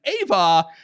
Ava